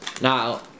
Now